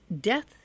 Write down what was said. death